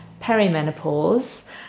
perimenopause